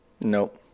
Nope